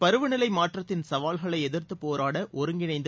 பருவ நிலை மாற்றத்தின் சவால்களை எதிர்த்துப் போராட ஒருங்கிணைந்த